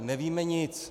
Nevíme nic.